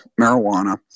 marijuana